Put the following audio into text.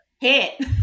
hit